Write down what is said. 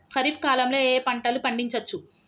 ఖరీఫ్ కాలంలో ఏ ఏ పంటలు పండించచ్చు?